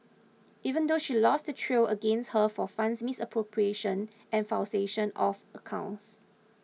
even though she lost the trial against her for funds misappropriation and falsification of accounts